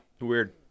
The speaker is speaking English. Weird